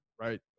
right